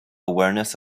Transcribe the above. awareness